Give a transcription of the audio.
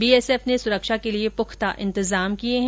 BSF ने सुरक्षा के किए पुख्ता इंतजाम किये हैं